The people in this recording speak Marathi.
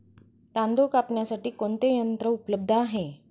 तांदूळ कापण्यासाठी कोणते यंत्र उपलब्ध आहे?